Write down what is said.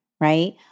right